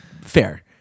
Fair